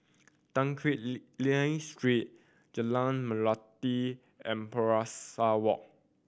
Tan Quee Lan Street Jalan Melati and Pesari Walk